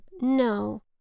no